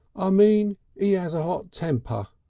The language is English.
i mean e as a ot temper,